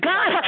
God